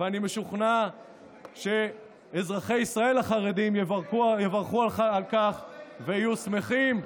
ואני משוכנע שאזרחי ישראל החרדים יברכו על כך ויהיו שמחים.